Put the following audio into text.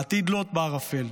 העתיד לוט בערפל.